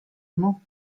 emañ